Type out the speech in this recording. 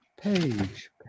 Page